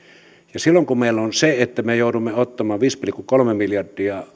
ja silloin kun me joudumme ottamaan viisi pilkku kolme miljardia